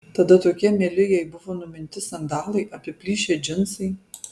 tada tokie mieli jai buvo numinti sandalai apiplyšę džinsai